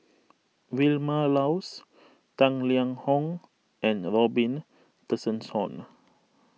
Vilma Laus Tang Liang Hong and Robin Tessensohn